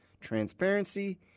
transparency